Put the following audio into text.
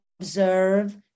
observe